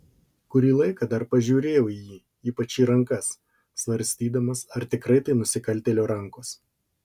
kurį laiką dar pažiūrėjau į jį ypač į rankas svarstydamas ar tikrai tai nusikaltėlio rankos